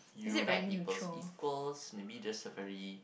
you like people's equals maybe just a very